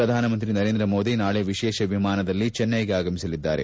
ಪ್ರಧಾನಮಂತ್ರಿ ನರೇಂದ್ರ ಮೋದಿ ನಾಳೆ ವಿಶೇಷ ವಿಮಾನದಲ್ಲಿ ಚೆನ್ನೈಗೆ ಆಗಮಿಸಲಿದ್ದಾರೆ